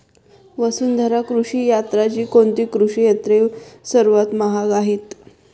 वसुंधरा कृषी यंत्राची कोणती कृषी यंत्रे सर्वात महाग आहेत?